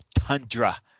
tundra